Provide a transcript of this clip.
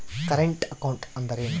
Current account ಅಂದರೇನು?